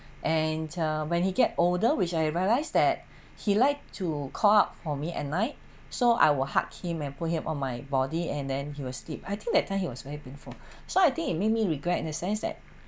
and uh when he get older which I realize that he liked to call up for me at night so I will hug him and put him on my body and then he will sleep I think that time he was very painful so I think he made me regret in the sense that